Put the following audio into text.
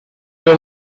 the